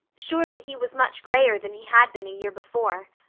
surely he was much grayer than he had been a year before.